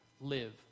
live